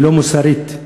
ולא מוסרית.